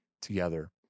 Together